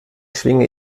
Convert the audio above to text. schwinge